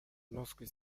lorsque